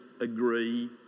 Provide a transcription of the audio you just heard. agree